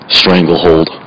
stranglehold